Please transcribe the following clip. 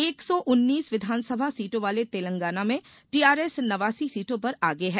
एक सौ उन्नीस विधानसभा सीटों वाले तेलंगाना में टीआरएस नवासी सीटों पर आगे है